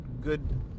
good